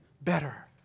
better